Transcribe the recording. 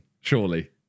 Surely